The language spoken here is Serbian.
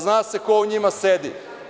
Zna se ko u njima sedi.